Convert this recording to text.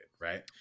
right